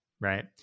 Right